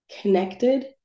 connected